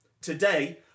Today